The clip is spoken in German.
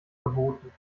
verboten